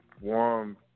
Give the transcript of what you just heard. warm